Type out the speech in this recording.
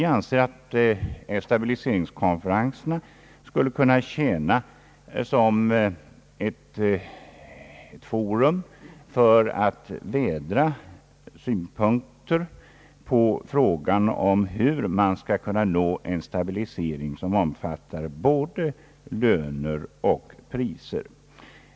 Vi anser ait stabiliseringskonferenserna skulle kunna tjäna som ett forum för att vädra synpunkter på frågan om hur man skall kunna nå en stabilisering som omfattar både löner och priser.